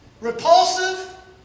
Repulsive